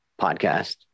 podcast